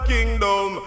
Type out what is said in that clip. Kingdom